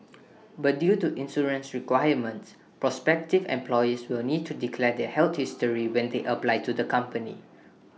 but due to insurance requirements prospective employees will need to declare their health history when they apply to the company